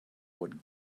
what